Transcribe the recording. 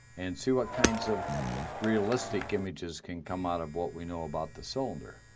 and see what kinds of realistic images can come out of what we know about the cylinder.